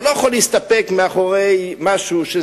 הוא לא יכול להסתתר מאחורי משהו,